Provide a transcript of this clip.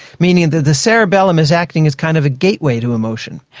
meaning that the cerebellum is acting as kind of a gateway to emotion.